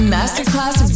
Masterclass